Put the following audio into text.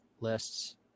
lists